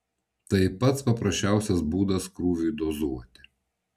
tai pats paprasčiausias būdas krūviui dozuoti